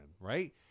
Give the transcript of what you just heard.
right